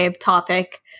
topic